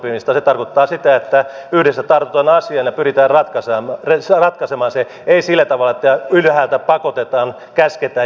se tarkoittaa sitä että yhdessä tartutaan asiaan ja pyritään ratkaisemaan se ei sillä tavalla että ylhäältä pakotetaan käsketään ja määrätään